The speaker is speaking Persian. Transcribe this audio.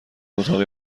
اتاقی